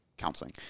counseling